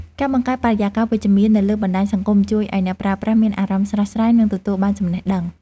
ការបង្កើតបរិយាកាសវិជ្ជមាននៅលើបណ្តាញសង្គមជួយឱ្យអ្នកប្រើប្រាស់មានអារម្មណ៍ស្រស់ស្រាយនិងទទួលបានចំណេះដឹង។